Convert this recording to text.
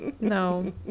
No